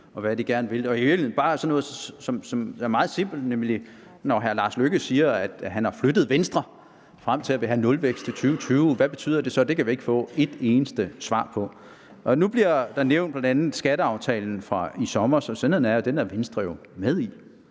gerne vil. Bare sådan noget meget simpelt, som når hr. Lars Løkke Rasmussen siger, at han har flyttet Venstre frem til at ville have nulvækst i 2020, hvad betyder det så? Det kan vi ikke få et eneste svar på. Nu bliver der bl.a. nævnt skatteaftalen fra i sommer, og sandheden er, at Venstre jo er med i